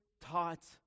taught